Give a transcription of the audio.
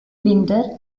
winter